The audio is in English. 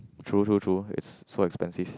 true true true is so expensive